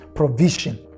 provision